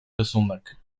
rysunek